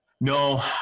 No